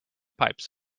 pipes